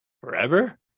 forever